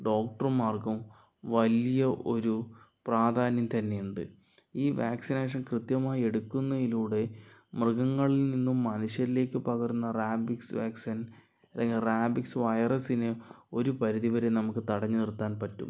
ഡോക്ടർമാർക്കും വലിയ ഒരു പ്രാധാന്യം തന്നെയുണ്ട് ഈ വാക്സിനേഷൻ കൃത്യമായെടുക്കുന്നതിലൂടെ മൃഗങ്ങളിൽ നിന്നും മനുഷ്യരിലേക്ക് പകർന്ന റാബിക്സ് വാക്സിൻ അല്ലെങ്കിൽ റാബിക്സ് വൈറസ്സിനെ ഒരു പരിധിവരെ നമ്മക്ക് തടഞ്ഞു നിർത്താൻ പറ്റും